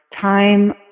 time